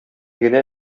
генә